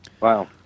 Wow